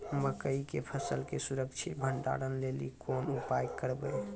मकई के फसल के सुरक्षित भंडारण लेली कोंन उपाय करबै?